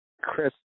Chris